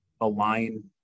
align